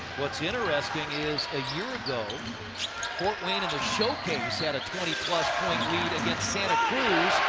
what's interesting is a year ago fort wayne and the showcase had a twenty plus point lead against santa cruz.